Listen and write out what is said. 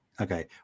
Okay